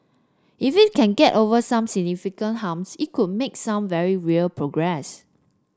if it can get over some significant humps it could make some very real progress